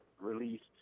released